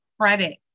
credit